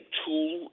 tool